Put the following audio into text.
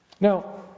Now